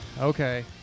Okay